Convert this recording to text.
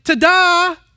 ta-da